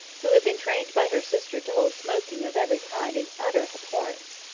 who had been trained by her sister to hold smoking of every kind in utter abhorrence.